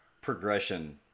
progression